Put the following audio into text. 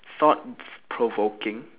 thought provoking